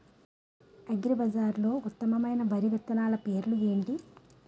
అగ్రిబజార్లో ఉత్తమమైన వరి విత్తనాలు పేర్లు ఏంటి?